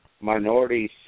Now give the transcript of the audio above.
minorities